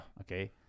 okay